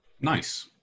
Nice